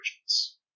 Origins